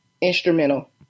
instrumental